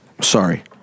Sorry